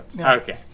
Okay